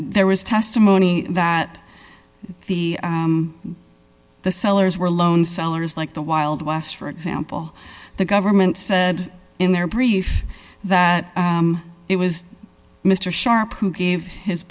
there was testimony that the the sellers were loaned sellers like the wild west for example the government said in their brief that it was mr sharp who gave his